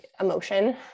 emotion